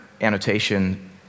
annotation